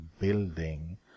building